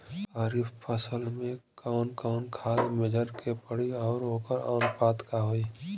खरीफ फसल में कवन कवन खाद्य मेझर के पड़ी अउर वोकर अनुपात का होई?